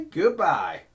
goodbye